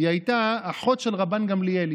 היא הייתה של אחות רבן גמליאל,